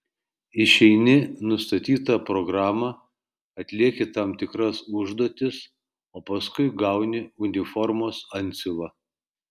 išeini nustatytą programą atlieki tam tikras užduotis o paskui gauni uniformos antsiuvą